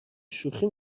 شوخی